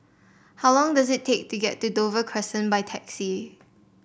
how long does it take to get to Dover Crescent by taxi